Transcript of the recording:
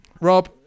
Rob